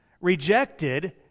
rejected